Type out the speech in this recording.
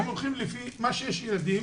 הם הולכים לפי מספר הילדים,